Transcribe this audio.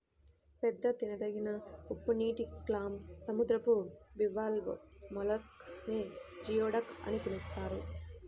పెద్ద తినదగిన ఉప్పునీటి క్లామ్, సముద్రపు బివాల్వ్ మొలస్క్ నే జియోడక్ అని పిలుస్తారు